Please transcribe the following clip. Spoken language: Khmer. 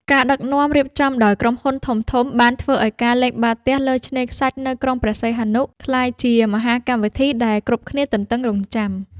ការដឹកនាំរៀបចំដោយក្រុមហ៊ុនធំៗ បានធ្វើឱ្យការលេងបាល់ទះលើឆ្នេរខ្សាច់នៅក្រុងព្រះសីហនុក្លាយជាមហាកម្មវិធីដែលគ្រប់គ្នាទន្ទឹងរង់ចាំ។